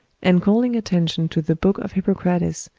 and calling attention to the book of hippocrates,